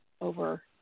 over